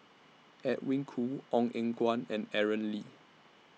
Edwin Koo Ong Eng Guan and Aaron Lee